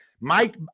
Mike